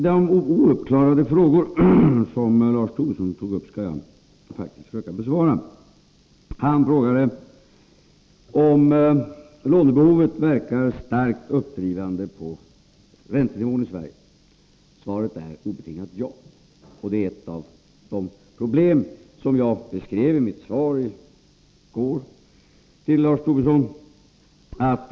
De ouppklarade frågor som Lars Tobisson tog upp skall jag faktiskt försöka besvara. Han frågade om lånebehovet verkar starkt uppdrivande på räntenivån i Sverige. Svaret är obetingat ja, och det är ett av de problem som jag beskrev i mitt svar till Lars Tobisson i går.